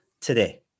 today